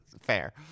Fair